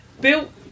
built